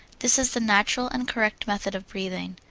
this is the natural and correct method of breathing.